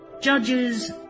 judges